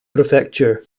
prefecture